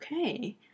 Okay